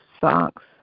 socks